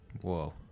Whoa